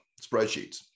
spreadsheets